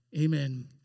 Amen